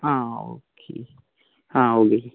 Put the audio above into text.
ആ ഓക്കെ ആ